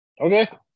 Okay